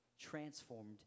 transformed